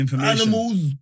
animals